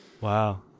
Wow